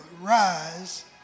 rise